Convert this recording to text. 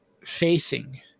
facing